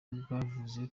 bwavuze